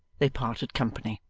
they parted company.